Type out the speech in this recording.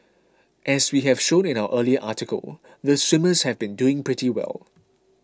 as we have shown in our earlier article the swimmers have been doing pretty well